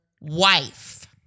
wife